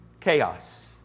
Chaos